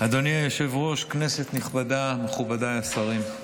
אדוני היושב-ראש, כנסת נכבדה, מכובדיי השרים,